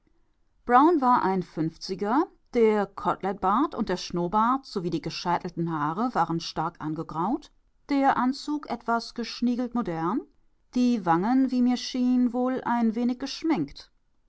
brown war ein fünfziger der kotelettbart und der schnurrbart sowie die gescheitelten haare waren stark angegraut der anzug etwas geschniegelt modern die wangen wie mir schien wohl ein wenig geschminkt